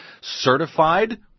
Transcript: certified